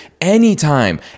Anytime